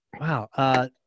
Wow